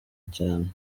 cyane